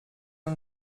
són